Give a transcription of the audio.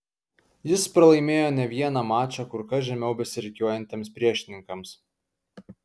jis pralaimėjo ne vieną mačą kur kas žemiau besirikiuojantiems priešininkams